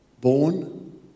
born